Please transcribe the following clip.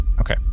Okay